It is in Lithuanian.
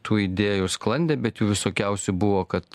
tų idėjų sklandė bet jų visokiausių buvo kad